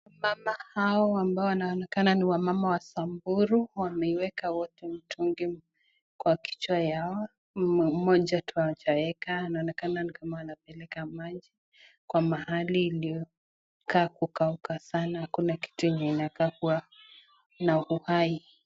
Mama ambao wanaonekana ni wamama wa samburu wamewekaa wote mitungi kwa kichwa ,yao moja tu hachaweka inaonekana ni kama wanapeleka maji kwa mahali iliyokaa kukauka sana hakuna kitu yenye inakaa kuwa na uai.